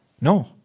No